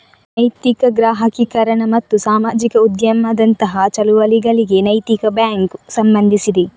ನೈತಿಕ ಗ್ರಾಹಕೀಕರಣ ಮತ್ತು ಸಾಮಾಜಿಕ ಉದ್ಯಮದಂತಹ ಚಳುವಳಿಗಳಿಗೆ ನೈತಿಕ ಬ್ಯಾಂಕು ಸಂಬಂಧಿಸಿದೆ